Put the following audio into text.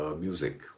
music